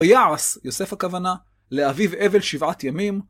ויעש, יוסף הכוונה, לאביו אבל שבעת ימים.